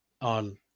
on